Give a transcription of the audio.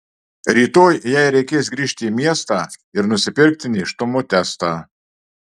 rytoj jai reikės grįžti į miestą ir nusipirkti nėštumo testą